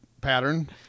pattern